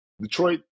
Detroit